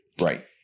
Right